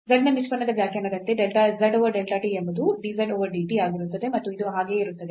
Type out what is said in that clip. z ನ ನಿಷ್ಪನ್ನದ ವ್ಯಾಖ್ಯಾನದಂತೆ delta z over delta t ಎಂಬುದು dz over dt ಆಗಿರುತ್ತದೆ ಮತ್ತು ಇದು ಹಾಗೆಯೇ ಇರುತ್ತದೆ